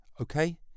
okay